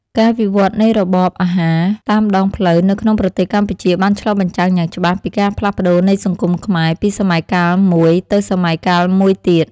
ការវិវត្តនៃរបបអាហារតាមដងផ្លូវនៅក្នុងប្រទេសកម្ពុជាបានឆ្លុះបញ្ចាំងយ៉ាងច្បាស់ពីការផ្លាស់ប្តូរនៃសង្គមខ្មែរពី សម័យកាលមួយទៅសម័យកាលមួយទៀត។